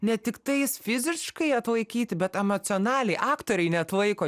ne tiktais fiziškai atlaikyti bet emocionaliai aktoriai neatlaiko